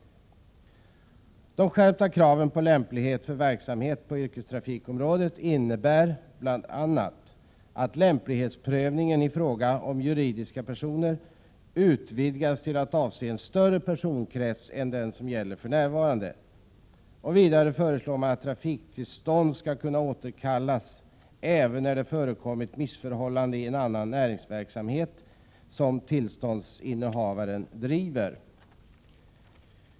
De skärpta kraven på lämplighet för verksamheten på yrkestrafikområdet innebär bl.a. att lämplighetsprövningen i fråga om juridiska personer utvidgas till att avse en större personkrets än för närvarande. Vidare föreslås att trafiktillstånd skall kunna återkallas även när det förekommit missförhållanden i annan näringsverksamhet som tillståndshavaren driver.